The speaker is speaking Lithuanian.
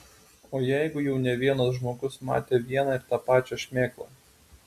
o jeigu jau ne vienas žmogus matė vieną ir tą pačią šmėklą